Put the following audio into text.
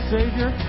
Savior